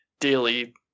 daily